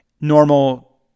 normal